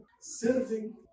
serving